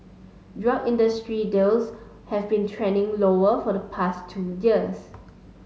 drug industry deals have been trending lower for the past two years